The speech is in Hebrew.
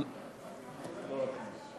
כדורגל, נכון?